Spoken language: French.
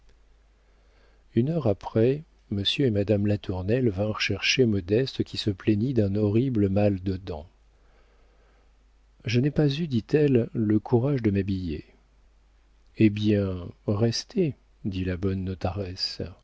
une heure après monsieur et madame latournelle vinrent chercher modeste qui se plaignit d'un horrible mal de dents je n'ai pas eu dit-elle le courage de m'habiller eh bien restez dit la bonne